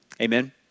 Amen